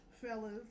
fellas